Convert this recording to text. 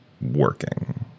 working